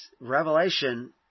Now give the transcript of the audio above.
revelation